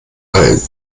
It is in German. allen